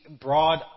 broad